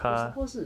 我 supposed 是